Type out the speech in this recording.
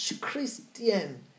Christian